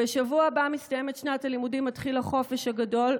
בשבוע הבא מסתיימת שנת הלימודים ומתחיל החופש הגדול,